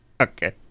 Okay